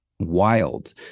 Wild